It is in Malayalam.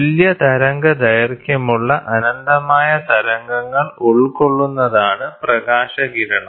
തുല്യ തരംഗദൈർഘ്യമുള്ള അനന്തമായ തരംഗങ്ങൾ ഉൾക്കൊള്ളുന്നതാണ് പ്രകാശകിരണം